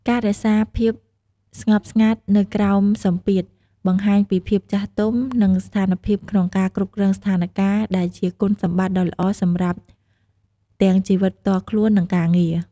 ការរក្សាភាពស្ងប់ស្ងាត់នៅក្រោមសម្ពាធ បង្ហាញពីភាពចាស់ទុំ និងសមត្ថភាពក្នុងការគ្រប់គ្រងស្ថានការណ៍ ដែលជាគុណសម្បត្តិដ៏ល្អសម្រាប់ទាំងជីវិតផ្ទាល់ខ្លួន និងការងារ។